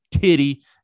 Titty